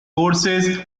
courses